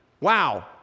wow